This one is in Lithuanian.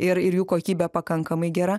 ir ir jų kokybė pakankamai gera